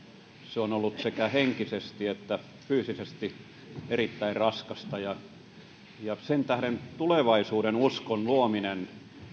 se on ollut sekä henkisesti että fyysisesti erittäin raskasta sen tähden tulevaisuudenuskon luominen